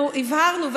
אנחנו הבהרנו,